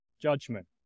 judgment